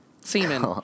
semen